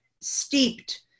steeped